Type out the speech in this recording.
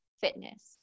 fitness